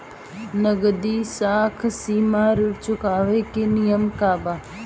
नगदी साख सीमा ऋण चुकावे के नियम का ह?